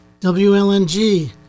WLNG